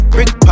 Brick